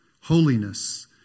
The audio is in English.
Holiness